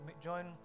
Join